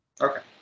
okay